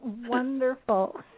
wonderful